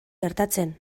gertatzen